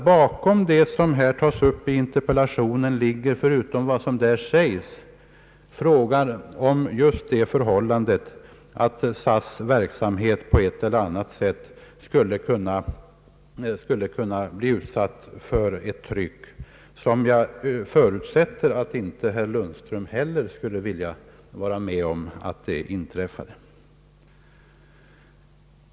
Bakom vad som tas upp i interpellationssvaret ligger, förutom vad som där säges, just risken att SAS:s verksamhet på ett eller annat sätt skulle kunna bli utsatt för ett sådant tryck som jag förutsätter att inte heller herr Lundström skulle vilja vara med om.